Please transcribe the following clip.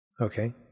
Okay